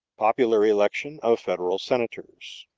popular election of federal senators.